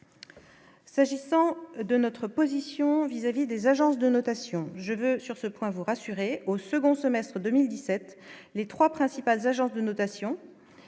S'agissant de notre position vis-à-vis des agences de notation, je veux sur ce point vous rassurer au second semestre 2017, les 3 principales agences de notation,